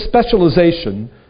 specialization